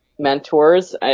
Mentors